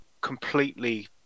completely